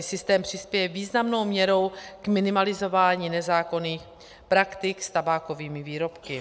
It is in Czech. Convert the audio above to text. Systém přispěje významnou měrou k minimalizování nezákonných praktik s tabákovými výrobky.